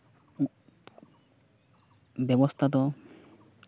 ᱵᱮᱵᱚᱥᱛᱷᱟ ᱫᱚ